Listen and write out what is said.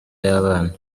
y’abana